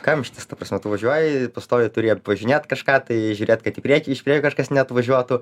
kamštis ta prasme tu važiuoji pastoviai turi apvažinėt kažką tai žiūrėt kad į priekį iš priekio kažkas neatvažiuotų